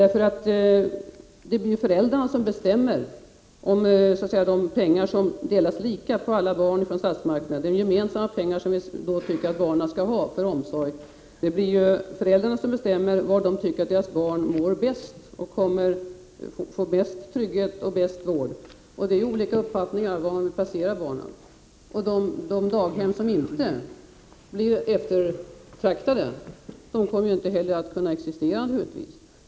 Om statsmakterna delar de gemensamma pengar som man anser att alla barns omsorg skall ha lika mellan alla barn, blir det ju föräldrarna som bestämmer var deras barn mår bäst och var de får bäst trygghet och bäst vård. Föräldrarna har naturligtvis olika uppfattningar om var de vill ha barnen, och de daghem som inte blir eftertraktade kommer naturligtvis inte heller att kunna existera.